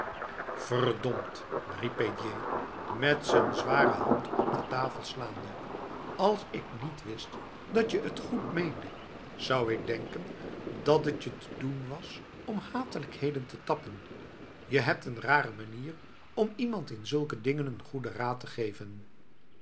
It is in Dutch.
riep prédier met z'n zware hand op de tafel slaande als ik niet wist datje het goed meende zou ik denken dat het je te doen was om hatelijkheden te tappen je hebt n rare manier om iemand in zulke dingen n goeie raad te geven